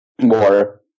more